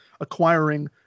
acquiring